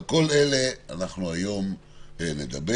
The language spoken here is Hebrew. על כל אלה היום נדבר.